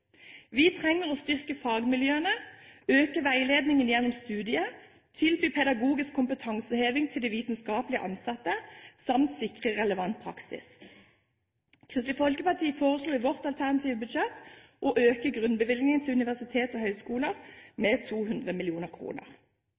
Vi trenger å styrke fagmiljøene, øke veiledningen gjennom studiet, tilby pedagogisk kompetanseheving til de vitenskapelig ansatte, samt sikre relevant praksis. Kristelig Folkeparti foreslo i sitt alternative budsjett å øke grunnbevilgningen til universitet og høyskoler med 200